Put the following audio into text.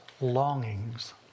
longings